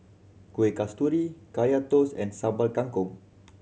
Kueh Kasturi Kaya Toast and Sambal Kangkong